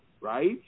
right